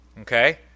Okay